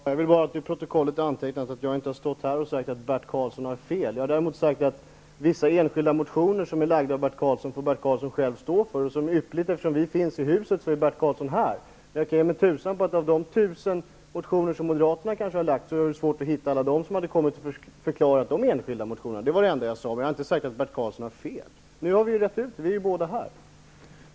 Herr talman! Jag vill bara till protokollet få antecknat att jag inte har sagt att Bert Karlsson har fel. Däremot har jag sagt att vissa enskilda motioner som Bert Karlsson har lagt fram får Bert Karlsson själv stå för. Vi finns båda i huset, och Bert Karlsson är alltså här. Jag kan ge mig tusan på att det för de kanske tusen motioner som Moderaterna har lagt fram är svårt att hitta personer som kommit och förklarat alla de enskilda motionerna. Det var det enda jag sade. Men jag har inte sagt att Bert Karlsson har fel. Nu har vi rett ut det. Vi är båda här.